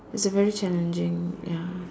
it's a very challenging ya